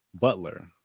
butler